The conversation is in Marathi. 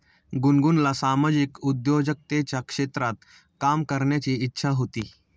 गुनगुनला सामाजिक उद्योजकतेच्या क्षेत्रात काम करण्याची इच्छा होती